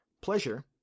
Pleasure